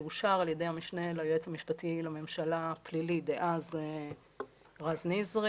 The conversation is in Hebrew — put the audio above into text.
שורשר על ידי המשנה ליועץ המשפטי לממשלה פלילי דאז רז נזרי